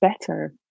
better